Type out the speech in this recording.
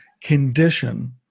condition